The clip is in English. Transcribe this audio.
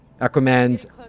Aquaman's